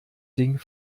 ding